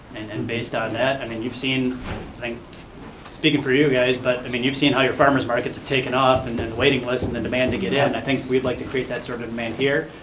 and and based on that, i mean you've seen, i think speaking for you guys, but i mean you've seen higher farmer's markets have taken off, and then the waiting list, and the demand to get in. i think we'd like to create that sort of demand here,